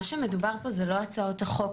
מה שמדובר פה זה לא הצעות החוק,